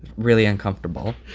really uncomfortable.